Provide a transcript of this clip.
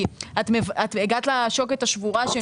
כי את הגעת לשוקת השבורה.